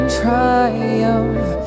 triumph